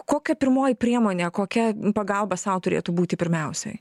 kokia pirmoji priemonė kokia pagalba sau turėtų būti pirmiausiai